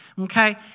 okay